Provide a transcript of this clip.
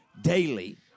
daily